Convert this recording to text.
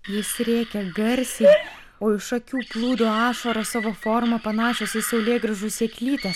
jis rėkė garsiai o iš akių plūdo ašaros savo forma panašios į saulėgrąžų sėklytes